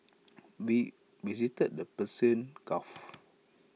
we visited the Persian gulf